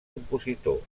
compositor